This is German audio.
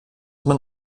man